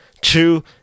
Two